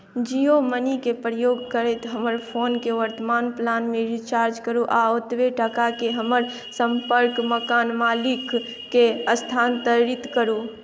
जियो मनीके प्रयोग करैत हमर फोनके वर्तमान प्लानमे रिचार्ज करू आ ओतबे टाकाके हमर सम्पर्क मकान मालिकके स्थानान्तरित करू